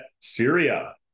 Syria